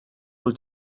wyt